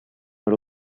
allo